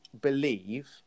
believe